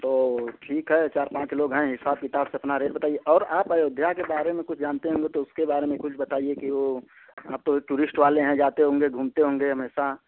तो ठीक है चार पाँच लोग हैं हिसाब किताब से अपना रेट बताइए और आप अयोध्या के बारे में कुछ जानते होंगे तो उसके बारे में कुछ बताइए की वो आप टू टूरिस्ट वाले हैं जाते होंगे घूमते होंगे हमेशा